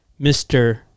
Mr